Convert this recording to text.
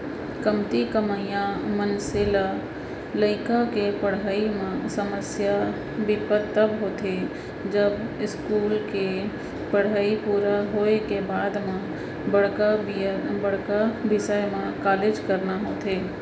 कमती कमइया मनसे ल लइका के पड़हई म समस्या बिपत तब होथे जब इस्कूल के पड़हई पूरा होए के बाद म बड़का बिसय म कॉलेज कराना होथे